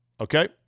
okay